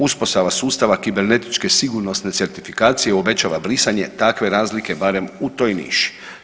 Uspostava sustava kibernetičke sigurnosne certifikacije obećava brisanje takve razlike barem u toj niši.